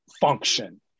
function